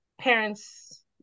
parents